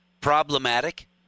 problematic